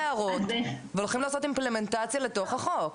והולכים לעשות אימפלמנטציה לתוך החוק.